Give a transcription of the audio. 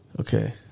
Okay